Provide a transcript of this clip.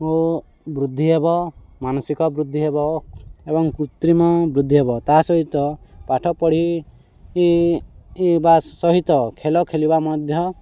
ଓ ବୃଦ୍ଧି ହେବ ମାନସିକ ବୃଦ୍ଧି ହେବ ଏବଂ କୃତ୍ରିମ ବୃଦ୍ଧି ହେବ ତା ସହିତ ପାଠ ପଢ଼ିବା ସହିତ ଖେଳ ଖେଳିବା ମଧ୍ୟ